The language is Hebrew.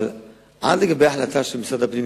אבל עד להחלטה של משרד הפנים,